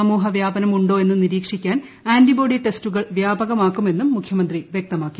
സമൂഹ വ്യാപനം ഉണ്ടോ എന്നു നിരീക്ഷിക്കാൻ ആന്റി ബോഡി ടെസ്റ്റുകൾ വ്യാപകമാക്കുമെന്നും മുഖ്യമന്ത്രി വൃക്തമാക്കി